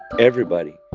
everybody.